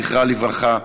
זכרה לברכה,